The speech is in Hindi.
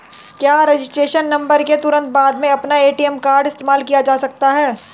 क्या रजिस्ट्रेशन के तुरंत बाद में अपना ए.टी.एम कार्ड इस्तेमाल किया जा सकता है?